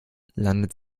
landet